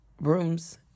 rooms